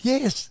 Yes